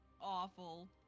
awful